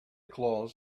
claus